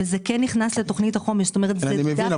וזה כן נכנס לתוכנית החומש --- אני מבין,